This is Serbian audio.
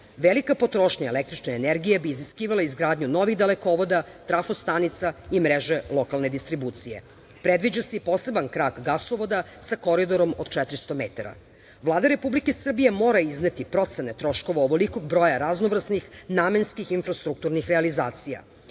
Jadar. Velika potrošnja električne energije bi iziskivala izgradnju novih dalekovoda, trafostanica i mreže lokalne distribucije. Predviđa se i poseban krak gasovoda sa koridorom od 400 metara. Vlada Republike Srbije mora izneti procene troškova ovolikog broja raznovrsnih namenskih infrastrukturnih realizacija.